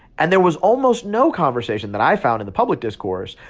and there was almost no conversation, that i found in the public discourse,